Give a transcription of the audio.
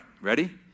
ready